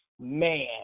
man